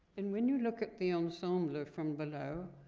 and when you look at the ensemble from below,